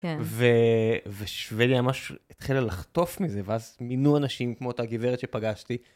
ושבדיה ממש, התחילה לחטוף מזה, ואז מינו אנשים כמו אותה גברת שפגשתי.